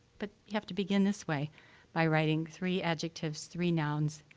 but have to begin this way by writing three adjectives, three nouns,